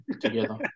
together